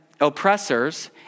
Oppressors